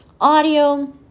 audio